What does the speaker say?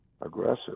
aggressive